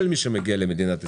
גם יהודים וגם ערבים,